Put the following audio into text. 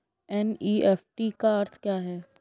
NEFT का अर्थ क्या है?